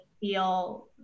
feel